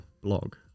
blog